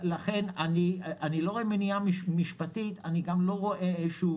אני לא רואה מניעה משפטית ואני גם לא רואה איזה שהוא